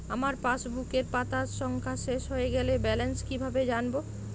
আমার পাসবুকের পাতা সংখ্যা শেষ হয়ে গেলে ব্যালেন্স কীভাবে জানব?